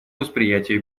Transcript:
восприятия